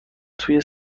توی